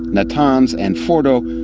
natanz and fordow,